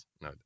No